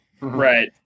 right